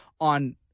on